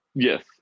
Yes